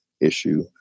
issue